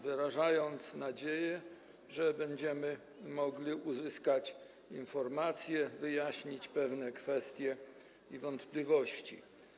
Wyraziłem nadzieję, że będziemy mogli uzyskać informację, wyjaśnić pewne kwestie i wątpliwości.